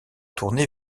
tournés